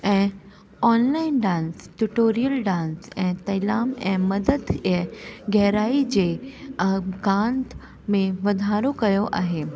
ऐं online dance tutorial dance ऐं तैलाम एहमदथ ऐं गहराई जे अकांत में वधारो कयो आहे